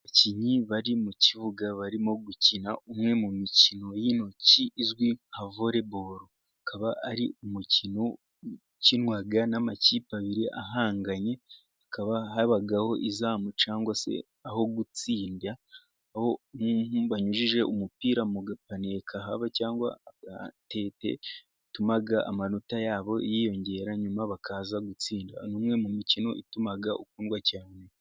Abakinnyi bari mu kibuga barimo gukina umwe mu mikino y'intoki izwi nka volebolo ,akaba ari umukino ukinwa n'amakipe abiri ahanganye hakaba habaho izamu cyangwa se aho gutsinda. Aho banyujije umupira mu gapaniye kahaba cyangwa agatete bituma amanota yabo yiyongera nyuma bakaza gutsinda. Ni umwe mu mikino ituma ukundwa cyane.